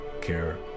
care